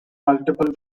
multiple